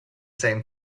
same